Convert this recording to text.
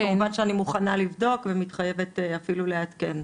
אז כמובן שאני מוכנה לבדוק ומתחייבת אפילו לעדכן.